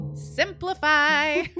simplify